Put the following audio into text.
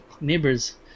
neighbors